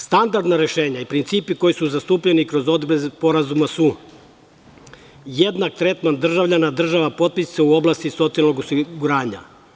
Standardno rešenje i principi koji su zastupljeni kroz odredbe sporazuma su, jednak tretman državljana država potpisnica u oblasti socijalnog osiguranja.